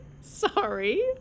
Sorry